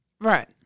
Right